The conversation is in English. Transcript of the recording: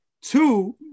two